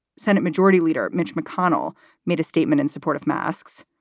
senate majority leader mitch mcconnell made a statement in support of masks.